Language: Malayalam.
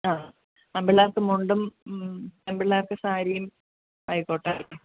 ആ ആണ് പിള്ളേർക്ക് മുണ്ടും പെൺ പിള്ളേർക്ക് സാരിയും ആയിക്കോട്ടെ